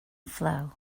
flow